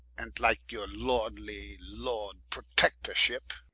an't like your lordly lords protectorship